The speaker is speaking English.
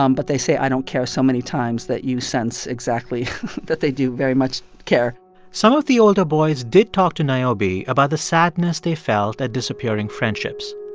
um but they say i don't care so many times that you sense exactly that they do very much care some of the older boys did talk to niobe about the sadness they felt at disappearing friendships.